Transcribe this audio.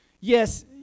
Yes